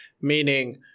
meaning